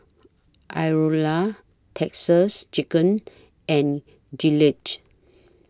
Iora Texas Chicken and Gillette